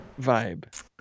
vibe